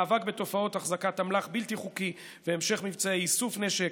מאבק בתופעות החזקת אמל"ח בלתי חוקי והמשך מבצעי איסוף נשק,